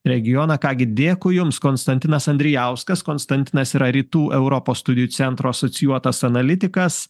regioną ką gi dėkui jums konstantinas andrijauskas konstantinas yra rytų europos studijų centro asocijuotas analitikas